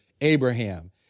Abraham